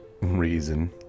reason